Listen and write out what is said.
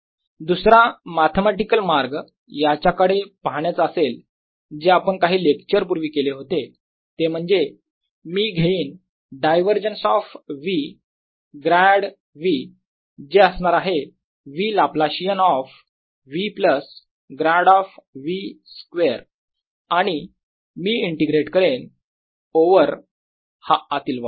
दुसरा मॅथेमॅटिकल मार्ग याच्याकडे पाहण्याचा असेल जे आपण काही लेक्चर पूर्वी केले होते ते म्हणजे मी घेईन divergence of v grad v जे असणार आहे v Laplacian of v plus grad of v square आणि मी इंटिग्रेट करेन ओवर हा आतील वोल्युम